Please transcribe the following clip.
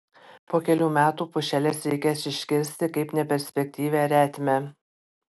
po kelių metų pušeles reikės iškirsti kaip neperspektyvią retmę